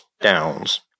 downs